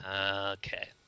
Okay